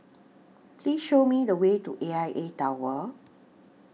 Please Show Me The Way to A I A Tower